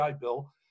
Bill